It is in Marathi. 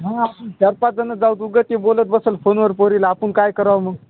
हां चार पाच जणं जाऊ दे उगाच ते बोलत बसलं फोनवर पोरीला आपण काय करावा मग